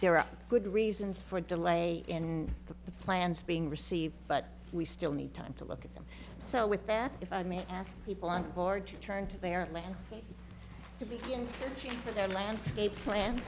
there are good reasons for delay in the plans being received but we still need time to look at them so with that if i may ask people on board to turn to their plans to begin with their land a plan